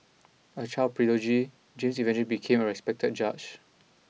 a child prodigy James you ready became a respected judge